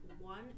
one